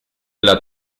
alla